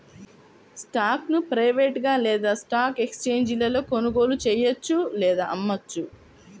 స్టాక్ను ప్రైవేట్గా లేదా స్టాక్ ఎక్స్ఛేంజీలలో కొనుగోలు చెయ్యొచ్చు లేదా అమ్మొచ్చు